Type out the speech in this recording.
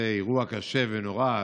שזה אירוע קשה ונורא,